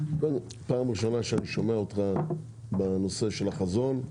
פעם ראשונה שאני שומע אותך בנושא החזון.